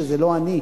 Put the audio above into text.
שזה לא אני,